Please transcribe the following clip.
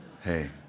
Hey